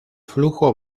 flujo